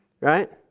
right